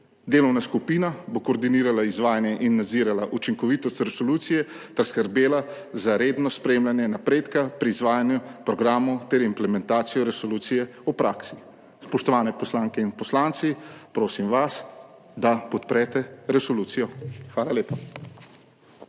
Delovna skupina bo koordinirala izvajanje in nadzirala učinkovitost resolucije ter skrbela za redno spremljanje napredka pri izvajanju programov ter implementacijo resolucije v praksi. Spoštovane poslanke in poslanci, prosim vas, da podprete resolucijo. Hvala lepa.